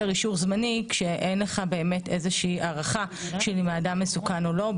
אישור זמני כאשר אין לך באמת הערכה אם האדם מסוכן או לא.